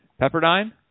Pepperdine